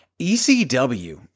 ECW